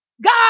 God